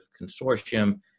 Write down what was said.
consortium